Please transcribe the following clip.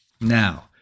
Now